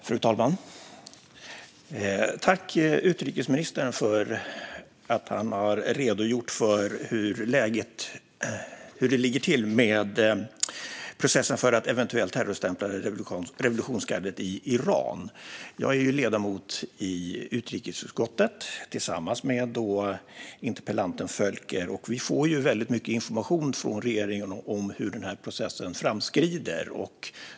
Fru talman! Jag tackar utrikesministern för att han har redogjort för hur det ligger till med processen för att eventuellt terrorstämpla revolutionsgardet i Iran. Jag är ledamot i utrikesutskottet, tillsammans med bland andra interpellanten Völker. Vi får ju väldigt mycket information från regeringen om hur denna process framskrider.